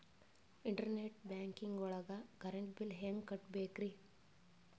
Internet banking ಒಳಗ್ current bill ಹೆಂಗ್ ಕಟ್ಟ್ ಬೇಕ್ರಿ?